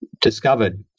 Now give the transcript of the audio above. discovered